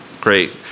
Great